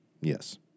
Yes